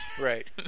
right